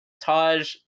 taj